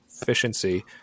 efficiency